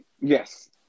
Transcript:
Yes